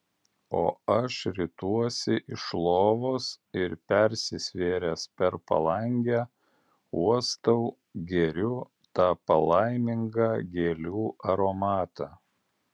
o aš rituosi iš lovos ir persisvėręs per palangę uostau geriu tą palaimingą gėlių aromatą